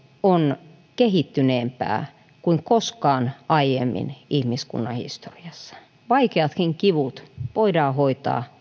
on kehittyneempää kuin koskaan aiemmin ihmiskunnan historiassa vaikeatkin kivut voidaan hoitaa